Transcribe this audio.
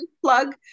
plug